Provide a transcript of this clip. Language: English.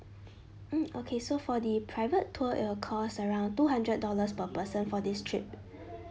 mm okay so for the private tour it will cost around two hundred dollars per person for this trip